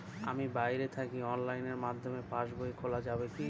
আমি বাইরে থাকি অনলাইনের মাধ্যমে পাস বই খোলা যাবে কি?